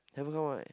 haven't come out right